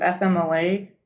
FMLA